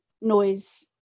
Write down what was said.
noise